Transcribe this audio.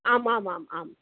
आम् आम् आम् आम्